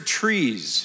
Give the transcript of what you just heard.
trees